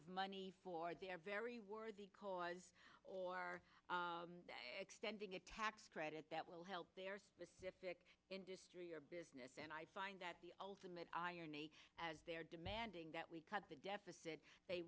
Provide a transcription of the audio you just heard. of money for their very worthy cause or extending a tax credit that will help their specific industry or business and i find that the ultimate irony as they're demanding that we cut the deficit they